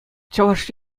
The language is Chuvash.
чӑваш